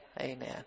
Amen